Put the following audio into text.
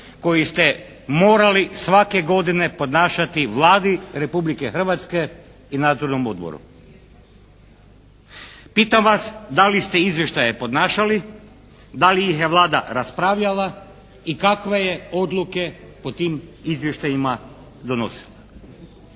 koji ste morali svake godine podnašati Vladi Republike Hrvatske i Nadzornom odboru? Pitam vas da li ste izvještaje podnašali? Da li ih je Vlada raspravljala i kakve je odluke o tim izvještajima donosila?